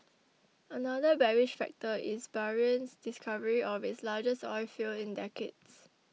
another bearish factor is Bahrain's discovery of its largest oilfield in decades